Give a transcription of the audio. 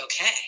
okay